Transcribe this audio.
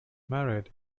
married